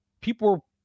people